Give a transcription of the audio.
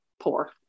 poor